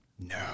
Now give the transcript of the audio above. No